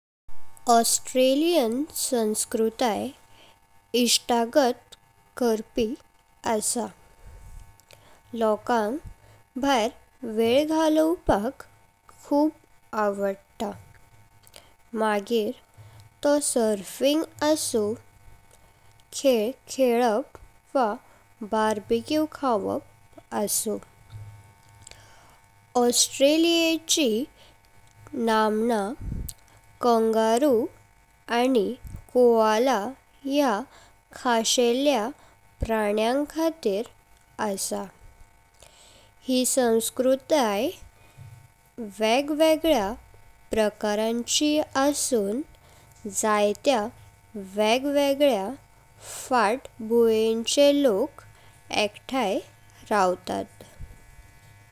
Australian संस्कृतेय इस्तागत करपी आसा, लोकांक भायर वेल चलोवपाक खूब आवडता मगीर तोह सर्फ़िंग आसु खेल खेलाप वा बार्बेक्यू खावप आसु। ऑस्ट्रेलिया'ची नांवना कंगारू आनी कोअला ह्या खासेल्या प्राण्यांकातेरी आसा। हें संस्कृतेय वेग वेगळ्या प्रकारचें आसुं जात्या वेग वेगळ्या फाटभूयेंचे लोक एकताईं रावतात।